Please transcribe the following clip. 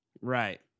Right